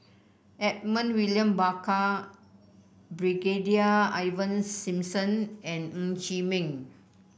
Edmund William Barker Brigadier Ivan Simson and Ng Chee Meng